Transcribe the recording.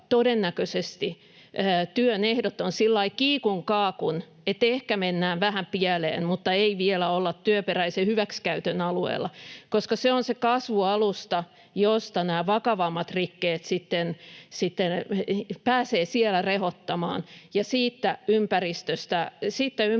todennäköisesti työn ehdot ovat sillä lailla kiikun kaakun, että ehkä mennään vähän pieleen, mutta ei vielä olla työperäisen hyväksikäytön alueella, koska se on se kasvualusta, josta nämä vakavammat rikkeet sitten pääsevät siellä rehottamaan, ja siitä ympäristöstä